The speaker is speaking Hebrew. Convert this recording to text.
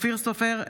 אופיר סופר,